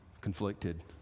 conflicted